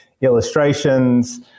illustrations